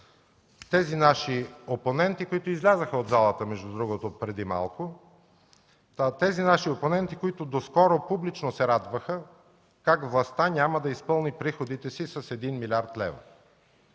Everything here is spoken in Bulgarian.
тези наши опоненти, които излязоха от залата между другото преди малко, и доскоро публично се радваха как властта няма да изпълни приходите си с 1 млрд. лв.